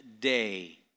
day